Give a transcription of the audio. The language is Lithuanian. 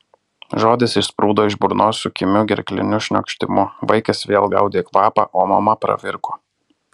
žodis išsprūdo iš burnos su kimiu gerkliniu šniokštimu vaikas vėl gaudė kvapą o mama pravirko